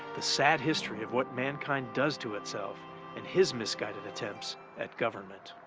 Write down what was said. the sad history of what mankind does to itself and his misguided attempts at government.